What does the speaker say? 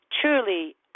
Truly